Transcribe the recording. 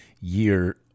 year